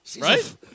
Right